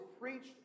preached